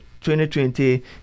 2020